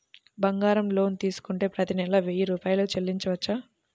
బంగారం లోన్ తీసుకుంటే ప్రతి నెల వెయ్యి రూపాయలు చెల్లించవచ్చా?